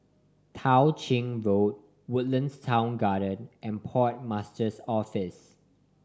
Tao Ching Road Woodlands Town Garden and Port Master's Office